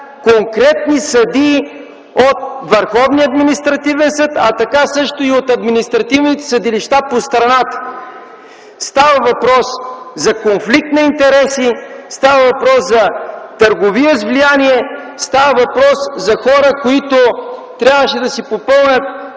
административен съд, а така също и от административните съдилища по страната. Става въпрос за конфликт на интереси, става въпрос за търговия с влияние, става въпрос за хора, които трябваше да си попълнят